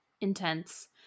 intense